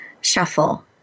shuffle